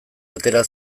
atera